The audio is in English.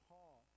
Paul